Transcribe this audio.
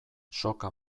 soka